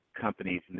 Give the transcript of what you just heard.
companies